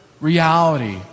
reality